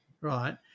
right